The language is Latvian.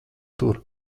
tur